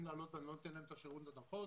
לעלות ואני לא נותן להם את השירות הנכון.